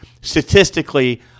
statistically